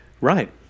right